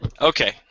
Okay